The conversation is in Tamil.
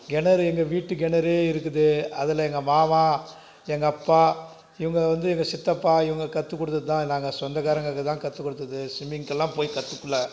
கிணறு எங்கள் வீட்டு கிணறு இருக்குது அதில் எங்கள் மாமா எங்கள் அப்பா இவங்க வந்து எங்கள் சித்தப்பா இவங்க கற்று கொடுத்தது தான் நாங்கள் சொந்தக்காரங்களுக்கு தான் கற்று கொடுத்தது சிம்மிங்க்கெலாம் போய் கற்றுக்கல